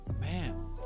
Man